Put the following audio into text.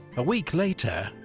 a week later,